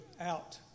out